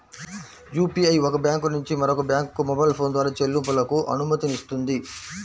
UPI ఒక bank నుంచి మరొక బ్యాంకుకు మొబైల్ ఫోన్ ద్వారా చెల్లింపులకు అనుమతినిస్తుంది